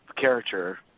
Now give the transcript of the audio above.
character –